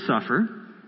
suffer